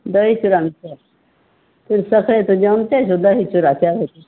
दही चुड़ामे तिलसङ्क्रान्तिमे जानते हु दही चुड़ा चढ़ै छै